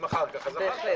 אם אחר כך אז אחר כך.